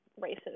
racist